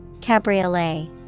Cabriolet